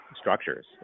structures